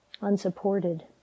unsupported